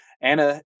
Anna